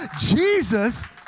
jesus